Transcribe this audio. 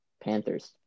Panthers